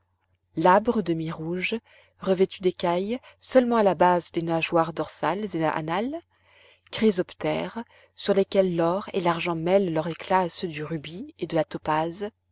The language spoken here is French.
labres demi rouges revêtus d'écailles seulement à la base des nageoires dorsales et anales chrysoptères sur lesquels l'or et l'argent mêlent leur éclat à ceux du rubis et de la topaze